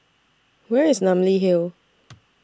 Where IS Namly Hill